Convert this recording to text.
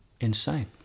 Insane